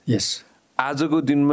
Yes